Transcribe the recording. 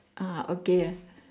ah okay ah